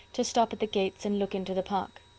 to stop at the gates and look into the park.